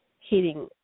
Heating